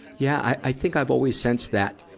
yeah. i, i think i've always sensed that,